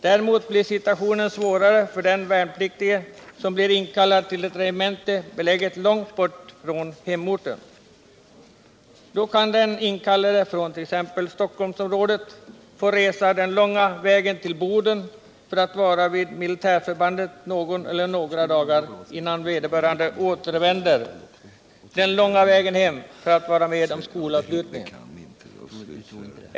Däremot blir situationen svårare för den värnpliktige som blir inkallad till ett regemente beläget långt från hemorten. Då kan den inkallade från t.ex. Stockholmsområdet få resa den långa vägen till Boden för att vara vid militärförbandet någon eller några dagar innan vederbörande återvänder den långa vägen hem för att vara med om skolavslutningen.